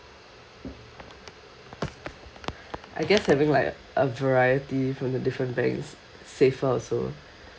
I guess having like a variety from the different banks safer also